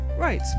Right